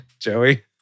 Joey